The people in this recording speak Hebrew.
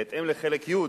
בהתאם לחלק י'